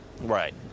Right